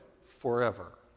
forever